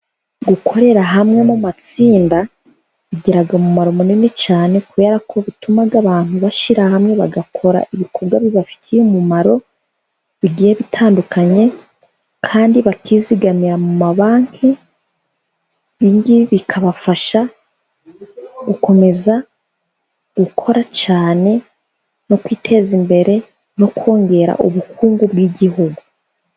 Gukorera hamwe mu matsinda bigira umumaro munini cyane, kubera ko bituma abantu bashyira hamwe, bagakora ibikorwa bibafitiye umumaro bigiye bitandukanye, kandi bakizigamira mu mabanki. Ibingibi bikabafasha gukomeza gukora cyane mu kwiteza imbere, no kongera ubukungu bw'igihugu.